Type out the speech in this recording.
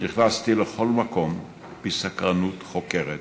נכנסתי לכל מקום בסקרנות חוקרת